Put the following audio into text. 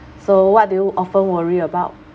so what do you often worry about